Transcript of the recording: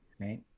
right